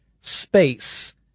space